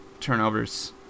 turnovers